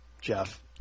Jeff